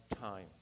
time